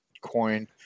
coin